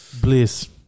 bliss